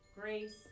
Grace